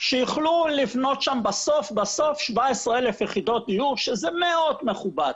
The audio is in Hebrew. שיכלו לבנות שם בסוף 17,000 יחידות דיור שזה מאוד מכובד.